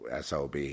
SOB